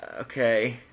Okay